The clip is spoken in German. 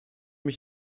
mich